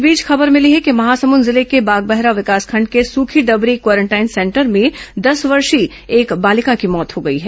इस बीच खबर मिली है कि महासमूद जिले के बागबाहरा विकासखंड के सूखीडबरी क्वारेंटाइन सेंटर में दस वर्षीय एक बालिका की मौत हो गई हैं